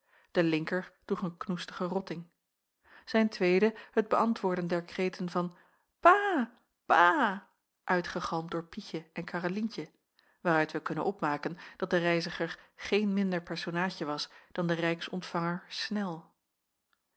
de linker droeg een knoestigen rotting zijn tweede het beäntwoorden der kreten van pa pa uitgegalmd door pietje en arrelientje waaruit wij kunnen opmaken dat de reiziger geen minder personaadje was dan de rijksontvanger snel